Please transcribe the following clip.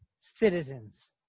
citizens